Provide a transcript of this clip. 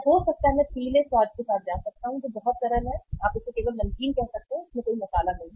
या हो सकता है कि मैं पीले स्वाद के साथ जा सकता हूं जो बहुत सरल है आप इसे केवल नमकीन कह सकते हैं इसमें कोई मसाला नहीं